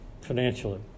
financially